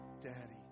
daddy